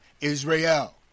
Israel